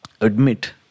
admit